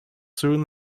soon